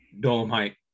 dolomite